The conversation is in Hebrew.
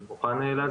אני מוכן להסביר.